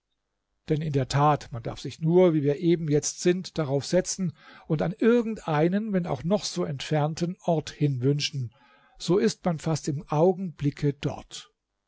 denn in der tat man darf sich nur wie wir eben jetzt sind darauf setzen und an irgend einen wenn auch noch so entfernten ort hinwünschen so ist man fast im augenblicke dort